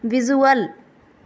visual